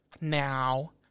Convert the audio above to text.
now